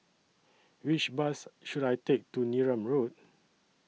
Which Bus should I Take to Neram Road